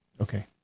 Okay